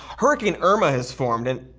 hurricane irma has formed and